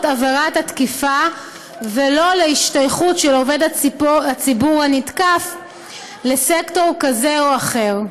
עבירת התקיפה ולא להשתייכות של עובד הציבור הנתקף לסקטור כזה או אחר.